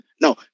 No